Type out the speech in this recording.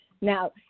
Now